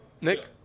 Nick